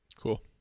Cool